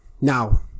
now